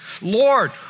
Lord